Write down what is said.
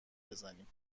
بزنیم